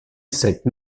cette